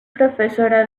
profesora